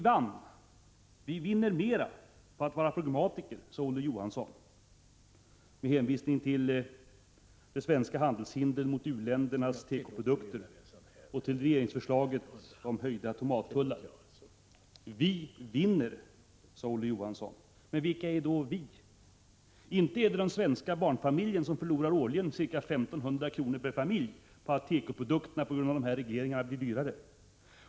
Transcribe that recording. ”Vi vinner mera på att vara pragmatiker”, sade Olof Johansson med hänvisning till de svenska handelshindren mot u-ländernas tekoprodukter och till regeringsförslaget om höjda tomattullar. ”Vi vinner”, sade alltså Olof Johansson. Vilka är då ”vi”? Inte är det de svenska barnfamiljerna, som förlorar ca 1 500 kr. årligen per familj på att tekoprodukterna på grund av dessa regleringar har blivit dyrare!